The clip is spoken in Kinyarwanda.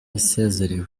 isezerewe